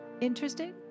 Interesting